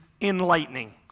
enlightening